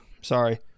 Sorry